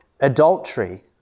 adultery